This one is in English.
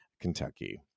Kentucky